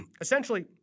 essentially